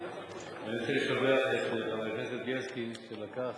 אני אתחיל לשבח את חבר הכנסת בילסקי שלקח,